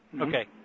Okay